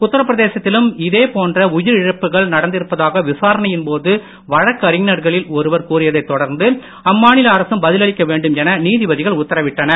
உத்தரப்பிரதேசத்திலும் இதேபோன்ற உயிரிழப்புகள் நடத்திருப்பதாக விசாரணையின்போது வழக்கறிஞர்களில் ஒருவர் கூறியதைத் தொடர்ந்து அம்மாநில அரசு பதிலளிக்க வேண்டும் என நீதிபதிகள் உத்தரவிட்டனர்